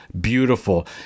beautiful